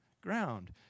ground